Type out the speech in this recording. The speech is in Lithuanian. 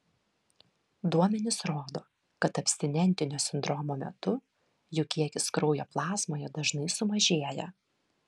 duomenys rodo kad abstinentinio sindromo metu jų kiekis kraujo plazmoje dažnai sumažėja